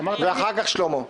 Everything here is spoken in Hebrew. ואחר כך שלמה.